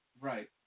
Right